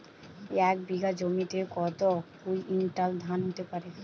এক বিঘা জমিতে কত কুইন্টাল ধান হতে পারে?